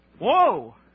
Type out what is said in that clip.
Whoa